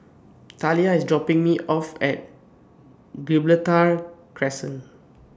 Talia IS dropping Me off At Gibraltar Crescent